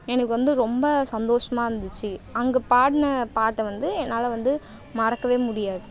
எனக்கு வந்து ரொம்ப சந்தோஷமாக இருந்துச்சு அங்கே பாடின பாட்டை வந்து என்னால் வந்து மறக்கவே முடியாது